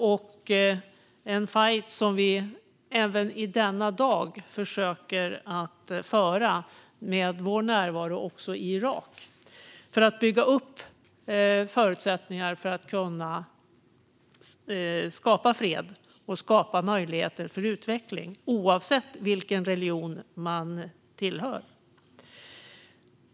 Det är en fajt som vi än i denna dag försöker att föra med vår närvaro i Irak för att bygga upp förutsättningar att skapa fred och möjligheter till utveckling, oavsett vilken religion man tillhör.